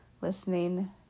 listening